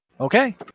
Okay